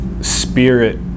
spirit